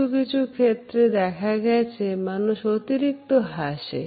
কিছু কিছু ক্ষেত্রে দেখা গেছে মানুষ অতিরিক্ত হাসে